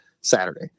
Saturday